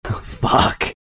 fuck